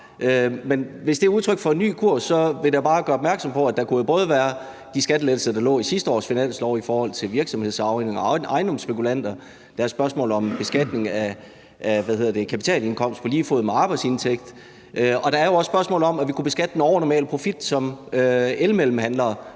hvis det er udtryk for en ny kurs, vil jeg da bare gøre opmærksom på, at det jo kunne være de skattelettelser, der lå i sidste års finanslov i forhold til virksomhedsarvinger og ejendomsspekulanter. Der er spørgsmålet om beskatning af kapitalindkomst på lige fod med arbejdsindtægt, og der er jo også spørgsmålet om, at vi kunne beskatte den overnormale profit, som f.eks. elmellemhandlere